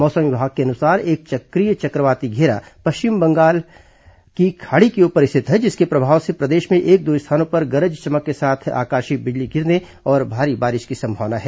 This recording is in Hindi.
मौसम विभाग के अनुसार एक च क्रीय च क्र वाती घेरा पश्चिम मध्य बंगाल की खाड़ी के ऊ पर स्थित है जिसके प्रभाव से प्रदेश में एक दो स्थानों पर गरज चमक के साथ आकाशीय बिजली गिरने और भारी बारिश की संभावना है